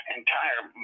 entire